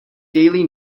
daily